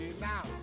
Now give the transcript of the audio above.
now